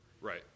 Right